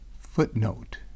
Footnote